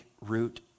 root